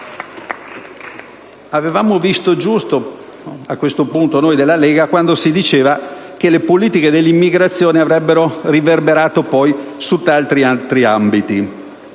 Avevamo visto giusto a questo punto noi della Lega quando si diceva che le politiche dell'immigrazione avrebbero riverberato poi su tanti altri ambiti,